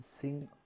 sing